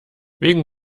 wegen